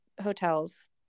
hotels